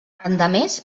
endemés